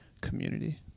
community